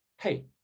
hey